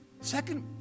Second